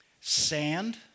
sand